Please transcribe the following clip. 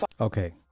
Okay